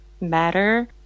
matter